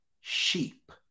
sheep